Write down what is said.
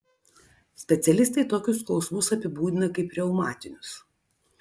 specialistai tokius skausmus apibūdina kaip reumatinius